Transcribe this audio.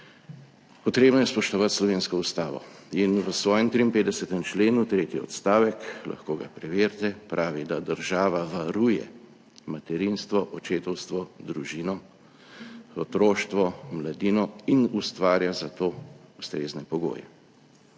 Potrebno je spoštovati slovensko Ustavo in v svojem 53. členu, tretji odstavek, lahko ga preverite, pravi, da država varuje materinstvo, očetovstvo, družino, otroštvo, mladino in ustvarja za to ustrezne pogoje.